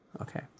Okay